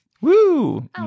Woo